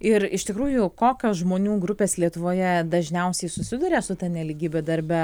ir iš tikrųjų kokios žmonių grupės lietuvoje dažniausiai susiduria su ta nelygybė darbe